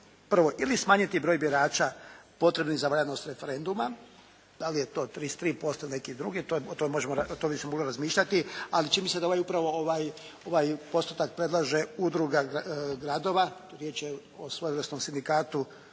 prvo ili smanjiti broj birača potrebnih za valjanost referenduma. Da li je to 33% ili neki drugi o tome bi se moglo razmišljati ali čini mi se da upravo ovaj postotak predlaže udruga gradova, riječ je o svojevrsnom sindikatu